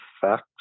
facts